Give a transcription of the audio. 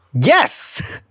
Yes